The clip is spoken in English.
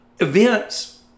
events